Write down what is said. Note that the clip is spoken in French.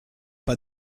pas